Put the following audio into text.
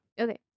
Okay